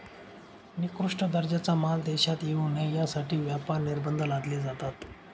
निकृष्ट दर्जाचा माल देशात येऊ नये यासाठी व्यापार निर्बंध लादले जातात